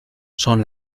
son